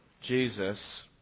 Jesus